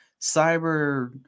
cyber